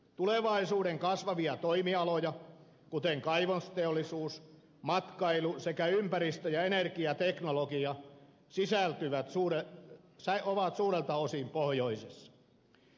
tulevaisuuden kasvavat toimialat kuten kaivosteollisuus matkailu sekä ympäristö ja energiateknologia ovat suurelta osin pohjoisessa